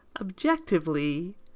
Objectively